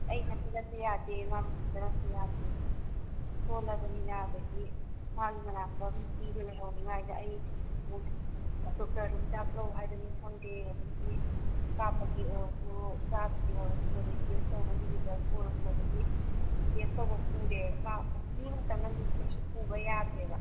ꯑꯩ ꯏꯊꯟꯇꯅꯁꯨ ꯌꯥꯗꯦ ꯃꯥ ꯃꯊꯟꯇꯅꯁꯨ ꯌꯥꯗꯦ ꯁꯣꯜꯂꯕꯅꯤꯅ ꯑꯗꯒꯤ ꯃꯥꯒꯤ ꯃꯅꯥꯛꯇ ꯃꯤꯗꯣ ꯂꯩꯍꯧꯔꯤꯉꯥꯏꯗ ꯑꯩ ꯑꯃꯨꯛ ꯗꯣꯛꯇꯔꯅ ꯍꯤꯗꯥꯛ ꯂꯧ ꯍꯥꯏꯕꯅꯤ ꯈꯪꯗꯦ ꯑꯗꯒꯤ ꯀꯥꯞꯄꯒꯤ ꯑꯣꯏꯔꯁꯨ ꯆꯥꯕꯒꯤ ꯑꯣꯏꯔꯁꯨ ꯑꯗꯒꯤ ꯇꯦꯁ ꯇꯧꯕꯒꯤ ꯔꯤꯖꯜꯄꯨ ꯑꯣꯏꯔꯁꯨ ꯑꯗꯒꯤ ꯇꯦꯁ ꯇꯧꯕ ꯄꯨꯔꯦ ꯃꯥ ꯃꯤ ꯑꯃꯇꯪꯅꯗꯤ ꯀꯩꯁꯨ ꯄꯨꯕ ꯌꯥꯗ꯭ꯔꯦꯕ